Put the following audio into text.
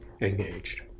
engaged